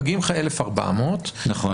מגיעים 1,400. נכון.